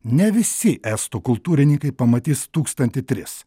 ne visi estų kultūrininkai pamatys tūkstantį tris